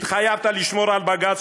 התחייבת לשמור על בג"ץ,